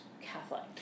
Catholic